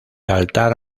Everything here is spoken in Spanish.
altar